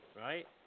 Right